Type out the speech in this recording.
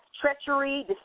treachery